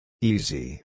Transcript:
Easy